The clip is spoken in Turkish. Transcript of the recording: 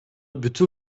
bütün